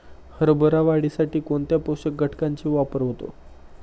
हरभरा वाढीसाठी कोणत्या पोषक घटकांचे वापर होतो?